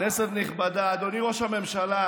כנסת נכבדה, אדוני ראש הממשלה,